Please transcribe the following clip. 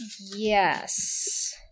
yes